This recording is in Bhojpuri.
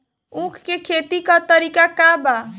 उख के खेती का तरीका का बा?